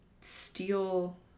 steal